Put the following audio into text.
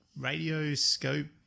Radioscope